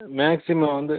maximum வந்து